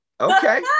okay